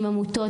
עמותות,